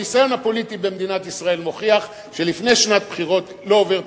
הניסיון הפוליטי במדינת ישראל מוכיח שלפני שנת בחירות לא עובר תקציב,